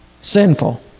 sinful